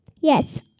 Yes